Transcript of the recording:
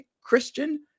Christian